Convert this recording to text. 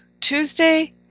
Tuesday